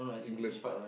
England